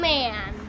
Man